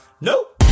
Nope